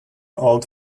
old